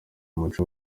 umuco